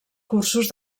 cursos